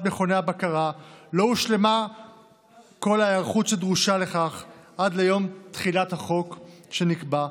מכוני הבקרה לא הושלמה כל ההיערכות שדרושה לכך עד ליום תחילת החוק שנקבע,